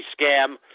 scam